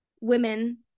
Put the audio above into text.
women